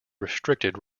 restricted